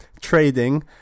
trading